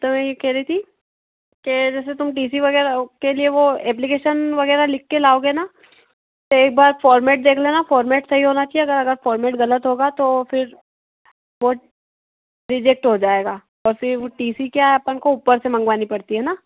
तो मैं ये कह रही थी के तुम टीसी वगैरह के लिए वह एप्लीकेशन वगैरह लिख के लाओगे ना तो एक बार फॉर्मेट देख लेना फॉर्मेट सही होना चाहिए अगर फॉर्मेट गलत होगा तो फिर वह रिजेक्ट हो जाएगा तो फिर टीसी क्या अपने को ऊपर से मंगवानी पड़ती है ना